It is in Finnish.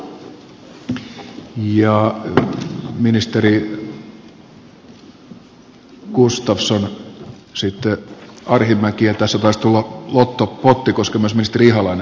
ministeri gustafsson sitten ministeri arhinmäki ja tässä taisi tulla lottopotti koska myös ministeri ihalainen vastaa